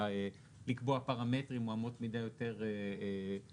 לקבוע פרמטרים או אמות מידה יותר ברורות.